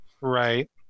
Right